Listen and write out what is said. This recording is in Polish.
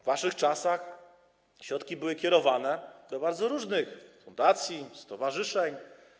W waszych czasach środki były kierowane do bardzo różnych fundacji, stowarzyszeń.